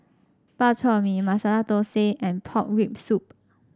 Bak Chor Mee Masala Thosai and Pork Rib Soup